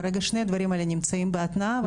כרגע שני הדברים האלה נמצאים בהתנעה.